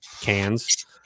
cans